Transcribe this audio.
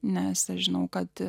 nes aš žinau kad